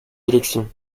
élections